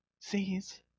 sees